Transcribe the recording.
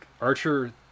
Archer